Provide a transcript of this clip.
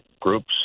groups